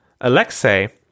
Alexei